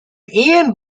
ian